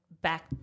back